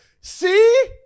See